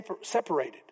separated